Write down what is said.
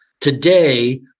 Today